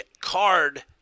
card